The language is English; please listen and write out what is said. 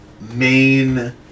main